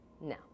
No